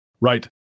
Right